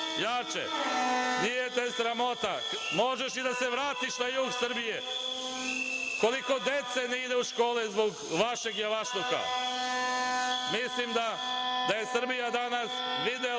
Nije te sramota. Možeš i da se vratiš na jug Srbije. Koliko dece ne ide u škole zbog vašeg javašluka? Mislim da je Srbija danas videla